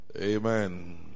Amen